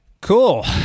cool